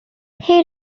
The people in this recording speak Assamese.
সেই